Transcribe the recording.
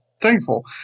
thankful